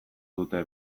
dute